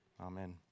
Amen